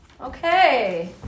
okay